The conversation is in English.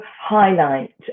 highlight